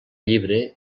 llibre